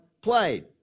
played